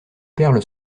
perle